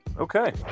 Okay